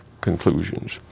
conclusions